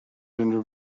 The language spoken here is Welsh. unrhyw